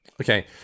Okay